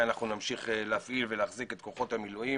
אנחנו נמשיך להפעיל ולהחזיק את כוחות המילואים.